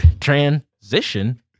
transition